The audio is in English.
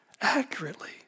accurately